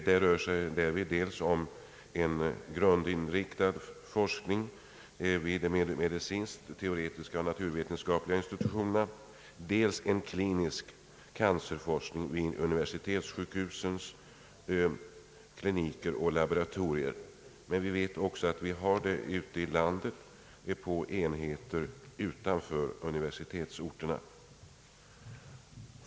Det rör sig därvid dels om en grundinriktad forskning vid de medicinskt-teoretiska och naturvetenskapliga institutionerna, dels om en klinisk cancerforskning vid universitetssjukhusens kliniker och laboratorier. Men sådan forskning förekommer också ute i landet på enheter utanför universitetsorterna.